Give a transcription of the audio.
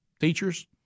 teachers